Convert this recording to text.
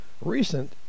recent